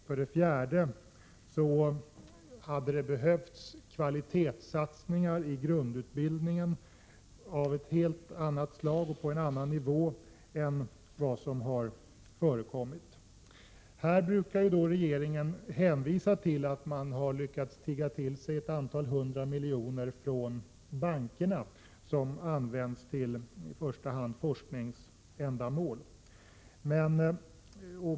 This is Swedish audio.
För det fjärde hade det behövts större satsningar på kvaliteten inom grundutbildningen. Regeringen brukar på detta område hänvisa till att man har lyckats tigga till sig ett antal hundra miljoner från bankerna, som används till i första hand forskningsändamål.